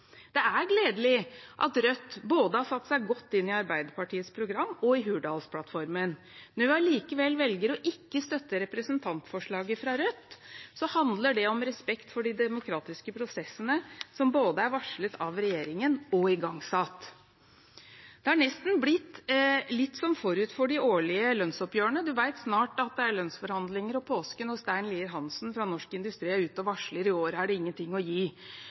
Det er gledelig at Rødt har satt seg godt inn i både Arbeiderpartiets program og Hurdalsplattformen. Når vi allikevel velger ikke å støtte representantforslaget fra Rødt, handler det om respekt for de demokratiske prosessene som er både varslet av regjeringen og igangsatt. Det er nesten blitt litt som forut for de årlige lønnsoppgjørene. En vet at det snart er lønnsforhandlinger og påske når Stein Lier-Hansen fra Norsk Industri er ute og varsler at i år er det ingenting å gi.